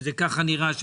שזה ככה נראה,